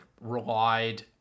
relied